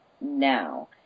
now